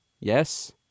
Yes